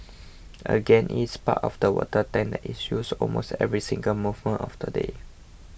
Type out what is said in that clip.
again it is part of the water tank is used almost every single moment of the day